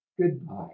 goodbye